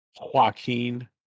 Joaquin